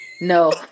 No